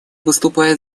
выступали